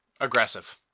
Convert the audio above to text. aggressive